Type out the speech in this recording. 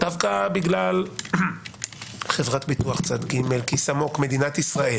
דווקא בגלל חברת ביטוח צד ג' --- מדינת ישראל